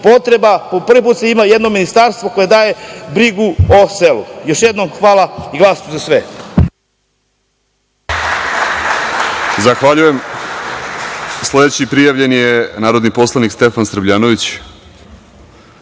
potreba, po prvi put se ima jedno ministarstvo koje daje brigu o selu. **Vladimir Orlić** Zahvaljujem. Sledeći prijavljeni je narodni poslanik Stefan Srbljanović.